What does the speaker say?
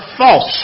false